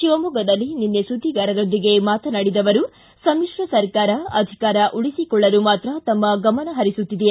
ಶಿವಮೊಗ್ಗದಲ್ಲಿ ನಿನ್ನೆ ಸುದ್ದಿಗಾರರೊಂದಿಗೆ ಮಾತನಾಡಿದ ಅವರು ಸಮಿತ್ರ ಸರ್ಕಾರ ಅಧಿಕಾರ ಉಳಿಸಿಕೊಳ್ಳಲು ಮಾತ್ರ ತಮ್ಮ ಗಮನ ಪರಿಸುತ್ತಿದೆ